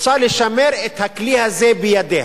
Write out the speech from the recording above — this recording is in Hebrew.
רוצה לשמר את הכלי הזה בידיה.